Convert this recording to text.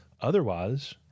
Otherwise